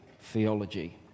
theology